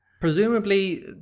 Presumably